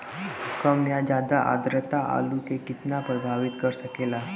कम या ज्यादा आद्रता आलू के कितना प्रभावित कर सकेला?